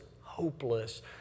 hopeless